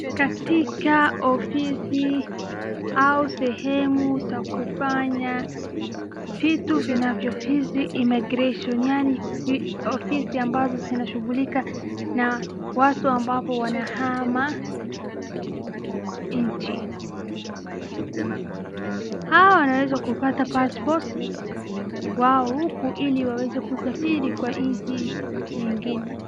Katika office au sehemu za kufanya vitu vinanyohusu immigration yaani office ambazo zinachungulika na watu ambapo wanahama nchi. Hao wanaweza kupata pasipoti wao huku ili wawaze kusafiri kwa nchi nyingine.